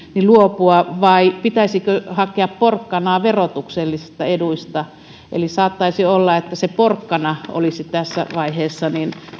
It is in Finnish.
luopua vai pitäisikö hakea porkkanaa verotuksellisista eduista saattaisi olla että se porkkana olisi tässä vaiheessa